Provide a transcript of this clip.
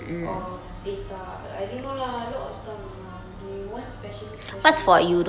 or data I don't know lah a lot of stuff lah they want specialist specialist